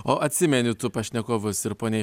o atsimeni tu pašnekovus ir ponią